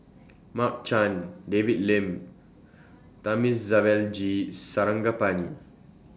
Mark Chan David Lim and Thamizhavel G Sarangapani